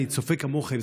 אני צופה כמוכם,